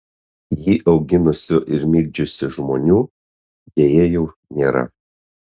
jį auginusių ir migdžiusių žmonių deja jau nėra